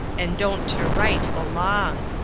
and don't to right belong.